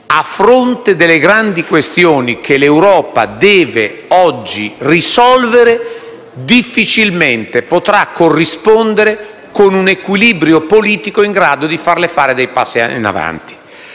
a fronte delle grandi questioni che l'Europa deve oggi risolvere, difficilmente potrà corrispondere con un equilibrio politico in grado di farle fare dei passi avanti.